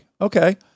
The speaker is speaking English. Okay